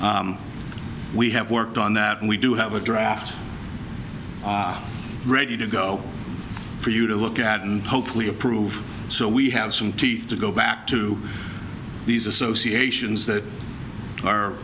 volunteer we have worked on that and we do have a draft ready to go for you to look at and hopefully approve so we have some teeth to go back to these associations that are